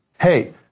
Hey